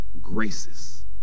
graces